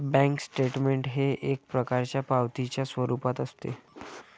bank statement हे एक प्रकारच्या पावतीच्या स्वरूपात असते